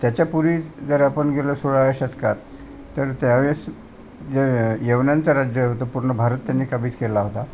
त्याच्यापूर्वी जर आपण गेलो सोळाव्या शतकात तर त्यावेळेस जे यवनांचं राज्य होतं पूर्ण भारत त्यांनी काबीज केला होता